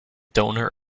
donor